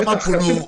כמה פונו?